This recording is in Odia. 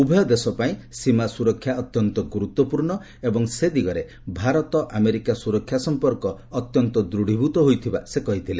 ଉଭୟ ଦେଶ ପାଇଁ ସୀମା ସୁରକ୍ଷା ଅତ୍ୟନ୍ତ ଗୁରୁତ୍ୱପୂର୍ଣ୍ଣ ଏବଂ ସେ ଦିଗରେ ଭାରତ ଆମେରିକା ସୁରକ୍ଷା ସଫପର୍କ ଅତ୍ୟନ୍ତ ଦୃଢ଼ୀଭୂତ ହୋଇଥିବା ସେ କହିଥିଲେ